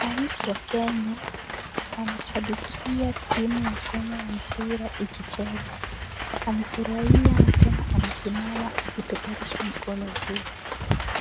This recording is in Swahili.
Rais wa Kenya anashabikia timu ya Kenya ya mpira ikicheza. Amefurahia na tena amesimama akipeperusha mikono juu.